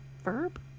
verb